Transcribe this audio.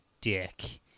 dick